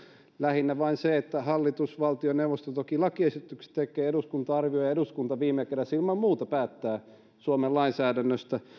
lähinnä puutuin ehkä huonoin sanankääntein vain siihen että hallitus eli valtioneuvosto toki lakiesitykset tekee ja eduskunta arvioi ja eduskunta viime kädessä ilman muuta päättää suomen lainsäädännöstä